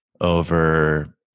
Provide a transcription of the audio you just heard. over